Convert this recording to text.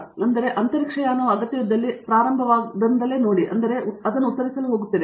ಹಾಗಾಗಿ ಅಂತಹ ಅಂತರಿಕ್ಷಯಾನವು ಅಗತ್ಯವಿದ್ದಲ್ಲಿ ಅಲ್ಲಿ ಪ್ರಾರಂಭವಾಗುವಂತೆ ನೋಡಿ ಮತ್ತು ಅದನ್ನು ನಾನು ಉತ್ತರಿಸಲು ಹೋಗುತ್ತೇನೆ